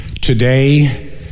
Today